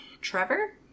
Trevor